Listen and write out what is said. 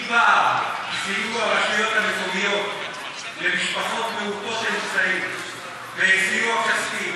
אם פעם סייעו הרשויות המקומיות למשפחות מעוטות אמצעים בסיוע כספי,